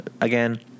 again